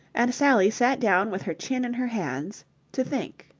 and sally sat down with her chin in her hands to think.